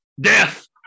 death